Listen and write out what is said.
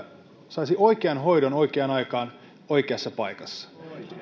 saisi oikean hoidon oikeaan aikaan oikeassa paikassa